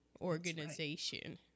organization